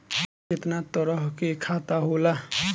केतना तरह के खाता होला?